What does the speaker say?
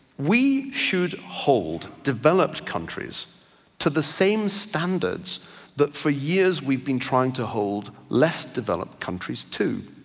we should hold developed countries to the same standards that for years we've been trying to hold less developed countries too.